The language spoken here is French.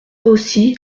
aussi